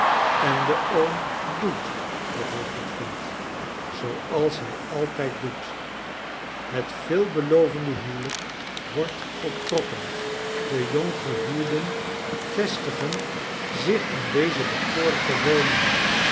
en de oom doet wat hij goedvindt zooals hij altijd doet het veelbelovende huwelijk wordt voltrokken de jonggehuwden vestigen zich in deze bekoorlijke woning